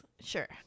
Sure